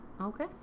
Okay